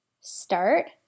Start